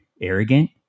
arrogant